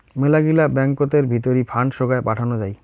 মেলাগিলা ব্যাঙ্কতের ভিতরি ফান্ড সোগায় পাঠানো যাই